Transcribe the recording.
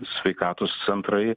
sveikatos centrai